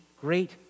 great